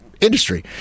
industry